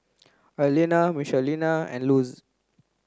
Arlena Michelina and Luz